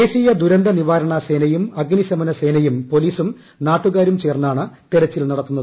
ദേശീയ ദുരന്തനിവാരണ സേനയും അഗ്നിശമനസേനയും ഷ്ട്രോലീസും നാട്ടുകാരും ചേർന്നാണ് തെരച്ചിൽ നടത്തുന്നത്